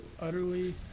utterly